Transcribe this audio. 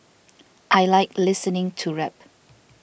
I like listening to rap